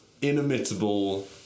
Inimitable